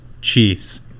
Chiefs